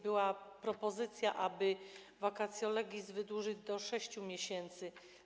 Była propozycja, aby vacatio legis wydłużyć do 6 miesięcy.